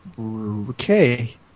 Okay